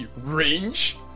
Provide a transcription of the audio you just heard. range